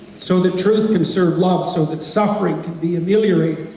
so the truth can serve love so that suffering can be ameliorated,